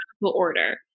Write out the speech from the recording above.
order